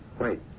Wait